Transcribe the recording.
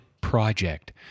project